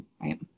Right